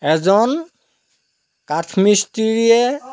কাঠ মিস্ত্ৰিয়ে